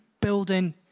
building